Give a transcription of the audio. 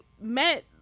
met